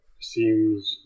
seems